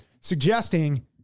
suggesting